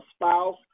spouse